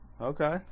okay